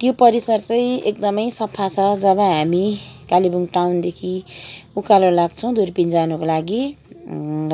त्यो परिसर चाहिँ एकदमै सफा छ जब हामी कालेबुङ टाउनदेखि उकालो लाग्छौँ दुर्पिन जानको लागि